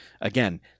again